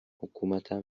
حکومتم